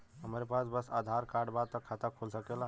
हमरे पास बस आधार कार्ड बा त खाता खुल सकेला?